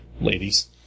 ladies